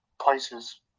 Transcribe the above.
places